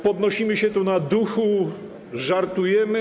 Podnosimy się tu na duchu, żartujemy.